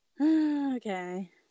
Okay